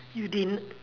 you didn't